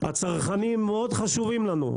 הצרכנים מאוד חשובים לנו,